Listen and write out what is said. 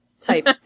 type